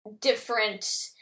different